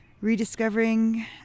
rediscovering